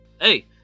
Hey